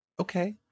Okay